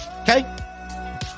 Okay